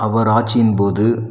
அவர் ஆட்சியின் போது